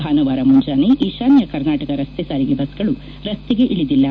ಭಾನುವಾರ ಮುಂಜಾನೆ ಈಶಾನ್ದ ಕರ್ನಾಟಕ ರಸ್ತೆ ಸಾರಿಗೆ ಬಸ್ಗಳು ರಸ್ತೆಗೆ ಇಳದಿಲ್ಲ